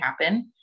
happen